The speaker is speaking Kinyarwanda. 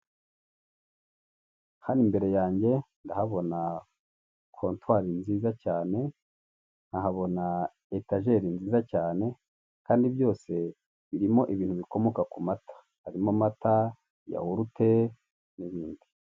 Hano imbere yange ndahabona kontwari nziza cyane, nkahabona etajeri nziza cyane kandi byose birimo ibintu bikomoka kumata, harimo amata, yawurute, n'ibindi...